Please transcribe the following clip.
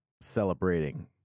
celebrating